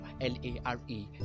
L-A-R-E